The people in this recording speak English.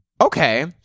okay